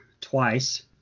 twice